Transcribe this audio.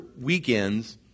weekends